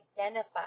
identify